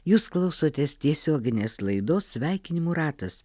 jūs klausotės tiesioginės laidos sveikinimų ratas